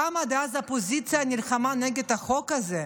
כמה האופוזיציה דאז נלחמה נגד החוק הזה,